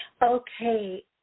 Okay